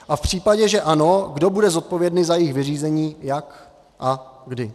A v případě, že ano, kdo bude zodpovědný za jejich vyřízení, jak a kdy.